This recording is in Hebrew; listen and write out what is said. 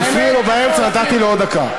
כי הפריעו לו באמצע, נתתי לו עוד דקה.